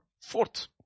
Fourth